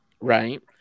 right